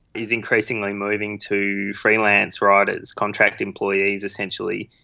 is increasingly moving to freelance writers, contract employees essentially,